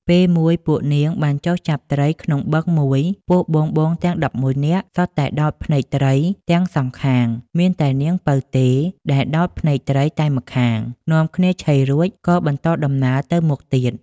ពេលមួយពួកនាងបានចុះចាប់ត្រីក្នុងបឹងមួយ ពួកបងៗទាំង១១នាក់សុទ្ធតែដោតភ្នែកត្រីទាំងសងខាង មានតែនាងពៅទេដែលដោតភ្នែកត្រីតែម្ខាង នាំគ្នាឆីរួចក៏បន្តដំណើរទៅមុខទៀត។